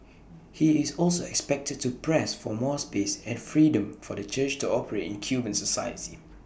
he is also expected to press for more space and freedom for the church to operate in Cuban society